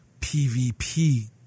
PVP